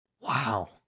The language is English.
Wow